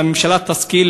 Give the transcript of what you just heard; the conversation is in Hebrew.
והממשלה תשכיל,